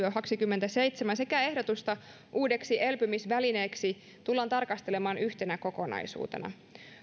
kaksikymmentäseitsemän sekä ehdotusta uudeksi elpymisvälineeksi tullaan tarkastelemaan yhtenä kokonaisuutena